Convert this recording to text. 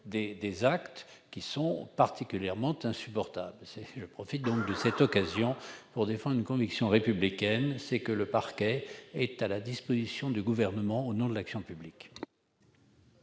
des actes particulièrement insupportables. Je profite donc de cette occasion pour défendre une conviction républicaine : le parquet doit rester à la disposition du Gouvernement au nom de l'action publique.